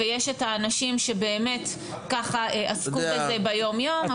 ויש את האנשים שבאמת ככה עסקו בזה ביום-יום.